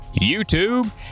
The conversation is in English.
YouTube